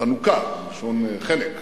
חנוקה מלשון חנק,